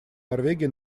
норвегии